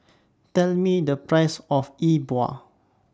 Tell Me The Price of E Bua